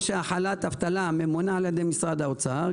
שהחלת אבטלה ממונה על ידי משרד האוצר,